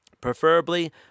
Preferably